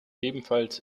ebenfalls